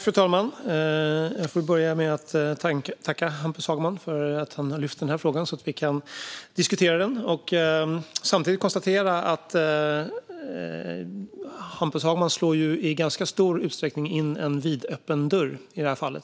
Fru talman! Jag får börja med att tacka Hampus Hagman för att han har lyft upp denna fråga så att vi kan diskutera den. Samtidigt konstaterar jag att Hampus Hagman i ganska stor utsträckning slår in en vidöppen dörr i detta fall. Det